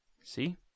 See